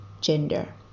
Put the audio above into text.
gender